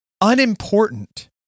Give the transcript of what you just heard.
unimportant